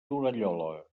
torallola